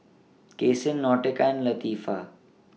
Cason Nautica Latifah